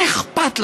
מה אכפת לכם?